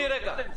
ראשית,